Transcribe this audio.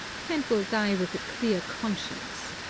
and will die with a clear conscience.